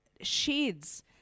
shades